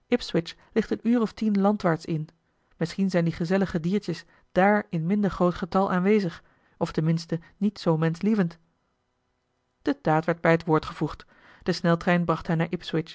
ligt een uur of tien landwaarts in misschien zijn die gezellige diertjes daar in minder groot getal aanwezig of ten minste niet zoo menschlievend de daad werd bij het woord gevoegd de sneltrein bracht hen